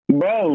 Bro